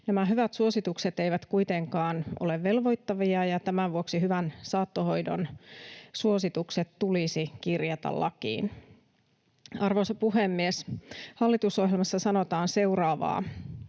Nämä hyvät suositukset eivät kuitenkaan ole velvoittavia, ja tämän vuoksi hyvän saattohoidon suositukset tulisi kirjata lakiin. Arvoisa puhemies! Hallitusohjelmassa sanotaan seuraavaa: